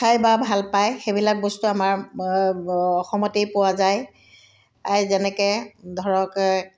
খাই বা ভাল পায় সেইবিলাক বস্তু আমাৰ অসমতেই পোৱা যায় আ যেনেকৈ ধৰক